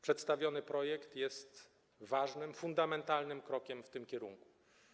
Przedstawiony projekt jest ważnym, fundamentalnym krokiem w tym kierunku.